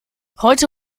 heute